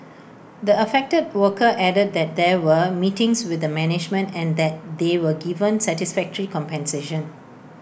the affected worker added that there were meetings with the management and that they were given satisfactory compensation